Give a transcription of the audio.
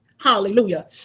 hallelujah